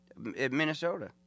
Minnesota